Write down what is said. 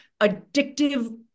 addictive